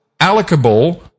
allocable